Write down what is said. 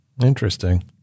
Interesting